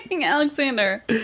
Alexander